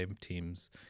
teams